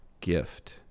gift